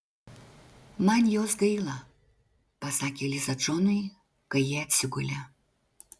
man jos gaila pasakė liza džonui kai jie atsigulė